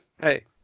Hey